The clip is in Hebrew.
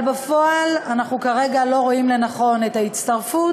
אבל בפועל אנחנו כרגע לא רואים לנכון להצטרף,